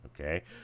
okay